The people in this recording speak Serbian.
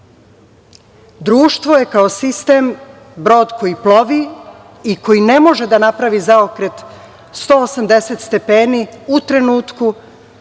Društvo je kao sistem brod koji plovi i koji ne može da napravi zaokret 180 stepeni u trenutku,